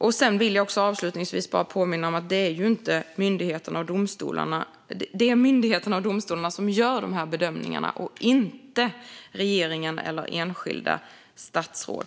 Jag vill avslutningsvis bara påminna om att det är myndigheterna och domstolarna som gör dessa bedömningar och inte regeringen eller enskilda statsråd.